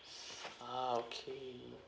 ah okay